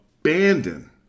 abandon